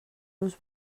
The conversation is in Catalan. los